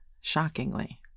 shockingly